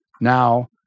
now